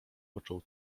począł